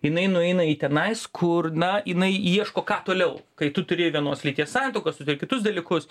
jinai nueina į tenais kur na jinai ieško ką toliau kai tu turi vienos lyties santuokas turi kitus dalykus